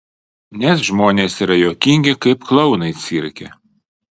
nes žmonės yra juokingi kaip klounai cirke